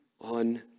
on